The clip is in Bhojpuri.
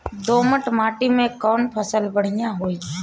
दोमट माटी में कौन फसल बढ़ीया होई?